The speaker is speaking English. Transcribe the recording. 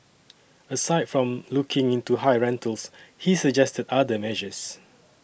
aside from looking into high rentals he suggested other measures